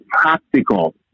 practical